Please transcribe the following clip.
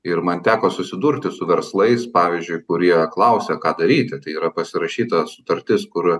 ir man teko susidurti su verslais pavyzdžiui kurie klausia ką daryti tai yra pasirašyta sutartis kur